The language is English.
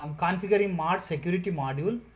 um configuring mod security module,